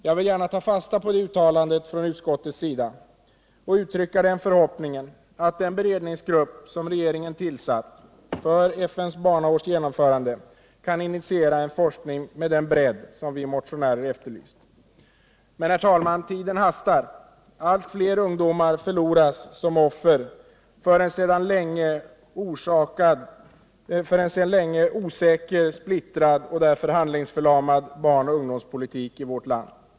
Jag vill gärna ta fasta på detta uttalande från utskottets sida och uttrycka den förhoppningen att den beredningsgrupp som regeringen har tillsatt för genomförandet av FN:s barnaår kan initiera en forskning med en bredd som vi motionärer har efterlyst. Men, herr talman, tiden hastar. Allt fler ungdomar förloras som offer för en sedan länge osäker, splittrad och därför handlingsförlamad barnoch ungdomspolitik i vårt land.